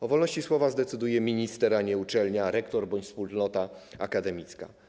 O wolności słowa zdecyduje minister, a nie uczelnia, rektor bądź wspólnota akademicka.